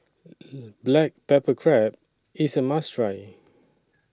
Black Pepper Crab IS A must Try